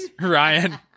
Ryan